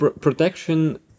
protection